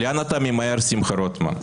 לאן אתה ממהר, שמחה רוטמן?